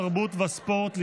תרבות וספורט,